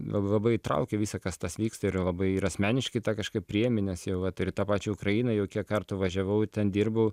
la labai įtraukia visa kas tas vyksta ir labai yra asmeniškai kažkaip priemenės jau vat ir tą pačią ukrainą jau kiek kartu važiavau ten dirbau